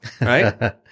right